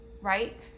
right